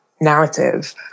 narrative